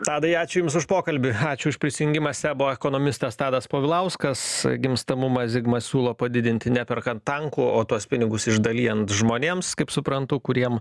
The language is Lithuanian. tadai ačiū jums už pokalbį ačiū už prisijungimą sebo ekonomistas tadas povilauskas gimstamumą zigmas siūlo padidinti neperkant tankų o tuos pinigus išdalijant žmonėms kaip suprantu kuriem